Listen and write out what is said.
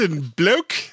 bloke